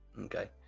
okay